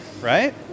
Right